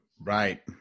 Right